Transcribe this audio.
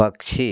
पक्षी